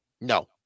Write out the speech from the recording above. No